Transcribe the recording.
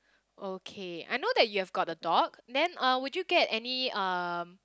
okay I know that you've got a dog then uh would you get any um